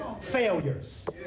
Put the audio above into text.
Failures